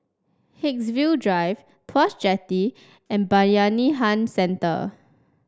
Haigsville Drive Tuas Jetty and Bayanihan Centre